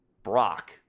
brock